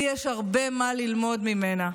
לי יש הרבה מה ללמוד ממנה.